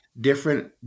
different